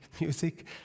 music